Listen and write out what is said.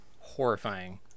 horrifying